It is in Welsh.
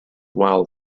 wal